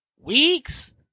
week's